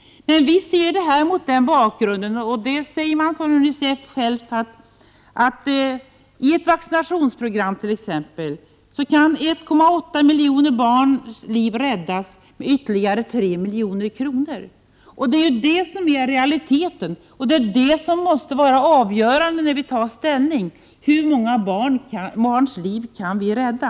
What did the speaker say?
UNICEF säger att 1,8 miljoner barns liv kan räddas med ytterligare 3 milj.kr. till dess vaccinationsprogram. Det är realiteten, och det måste vara avgörande när vi tar ställning: Hur många barns liv kan vi rädda?